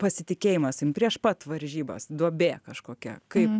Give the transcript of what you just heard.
pasitikėjimą savim prieš pat varžybas duobė kažkokia kaip